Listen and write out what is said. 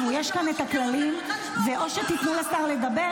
לשר לדבר,